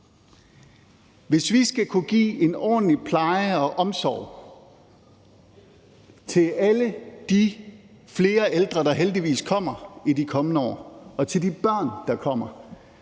Hvis vi skal kunne give en ordentlig pleje og omsorg til alle de flere ældre, der heldigvis kommer i de kommende år, og til de børn, der kommer,